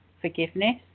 forgiveness